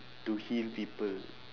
to heal people